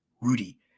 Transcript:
rudy